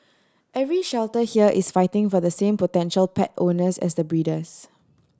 every shelter here is fighting for the same potential pet owners as the breeders